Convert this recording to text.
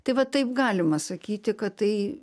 tai va taip galima sakyti kad tai